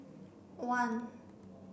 one